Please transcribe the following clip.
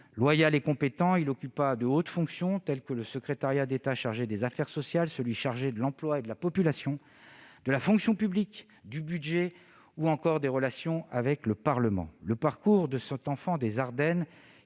Loyal et compétent, il occupa de hautes fonctions, telles que le secrétariat d'État chargé des affaires sociales, ceux de l'emploi et de la population, de la fonction publique, du budget ou encore des relations avec le Parlement. Le parcours de cet enfant des Ardennes,